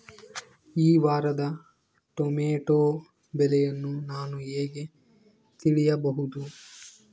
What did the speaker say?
ಈ ವಾರದ ಟೊಮೆಟೊ ಬೆಲೆಯನ್ನು ನಾನು ಹೇಗೆ ತಿಳಿಯಬಹುದು?